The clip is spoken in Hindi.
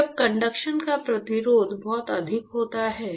जब कंडक्शन का प्रतिरोध बहुत अधिक होता है